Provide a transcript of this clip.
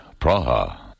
Praha